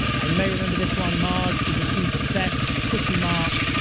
ah you may remember this one. marge is accused of theft from the quik-e-mart,